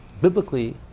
Biblically